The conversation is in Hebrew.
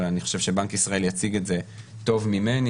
אבל אני חושב שבנק ישראל יציג את זה טוב ממני.